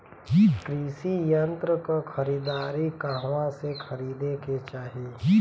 कृषि यंत्र क खरीदारी कहवा से खरीदे के चाही?